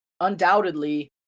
undoubtedly